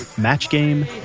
match game,